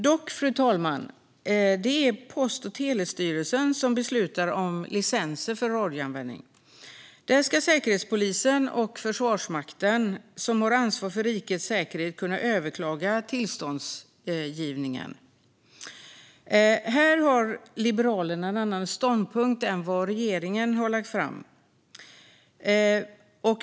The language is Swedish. Dock, fru talman, är det Post och telestyrelsen som beslutar om licenser för radioanvändning. Där ska Säkerhetspolisen och Försvarsmakten, som har ansvar för rikets säkerhet, kunna överklaga tillståndsgivningen. Här har Liberalerna en annan ståndpunkt än den som regeringen har lagt fram.